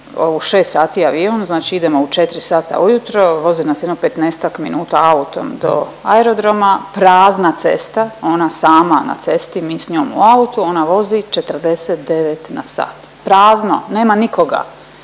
u šest sati avion, znači idemo u četri sata ujutro vozi nas jedno 15-ak minuta autom do aerodroma prazna cesta, ona sama na cesti, mi s njom u autu ona vozi 49 na sat, prazno, nema nikoga.